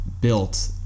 built